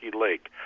Lake